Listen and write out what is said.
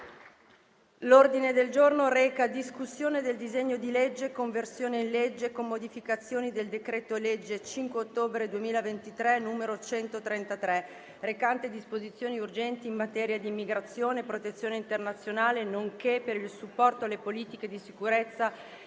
Il Senato, in sede di esame del disegno di legge A.S. 951, recante conversione in legge, con modificazioni, del decreto-legge 5 ottobre 2023, n. 133, recante disposizioni urgenti in materia di immigrazione e protezione internazionale, nonché per il supporto alle politiche di sicurezza